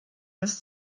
das